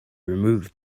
removed